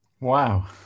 Wow